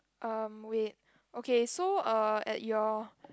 erm wait okay so uh at your